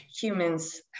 humans